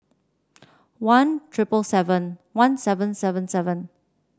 one triple seven one seven seven seven